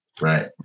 Right